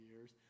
years